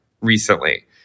recently